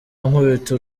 ankubita